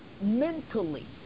mentally